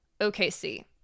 OKC